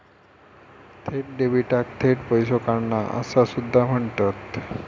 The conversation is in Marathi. थेट डेबिटाक थेट पैसो काढणा असा सुद्धा म्हणतत